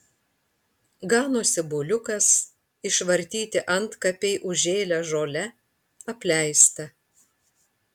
ganosi buliukas išvartyti antkapiai užžėlę žole apleista